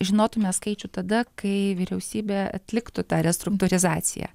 žinotume skaičių tada kai vyriausybė atliktų tą restruktūrizaciją